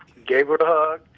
gave her the hug,